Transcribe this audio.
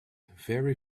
very